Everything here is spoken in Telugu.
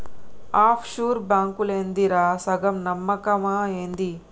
ఆఫ్ షూర్ బాంకులేందిరా, సగం నమ్మకమా ఏంది